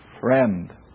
friend